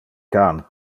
can